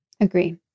agree